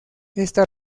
esta